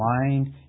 mind